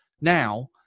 now